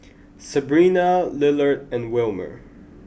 Sebrina Lillard and Wilmer